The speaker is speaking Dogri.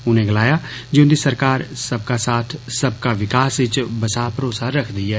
उनें गलाया जे उन्दी सरकार सबका साथ सबका विकास इच बसा भरोसा रखदी ऐ